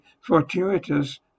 fortuitous